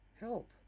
help